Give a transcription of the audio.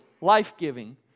life-giving